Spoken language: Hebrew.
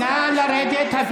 אתה גנבת את הזמן שלי, נא לרדת.